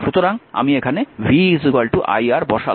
সুতরাং এখানে আমি v iR বসালাম